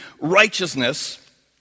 righteousness